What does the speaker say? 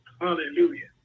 Hallelujah